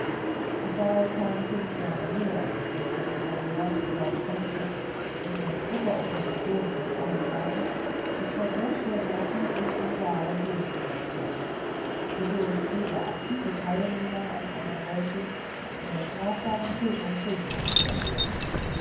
es war kaum fünf jahre her daß der gouverneur lord bentinck unter großer opposition von allen seiten das verbot der sati in bengalen durchgesetzt hatte wodurch jeder aktive teilnehmer an einer solchen der strafbaren tötung schuldig erklärt wurde